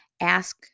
ask